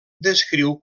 descriu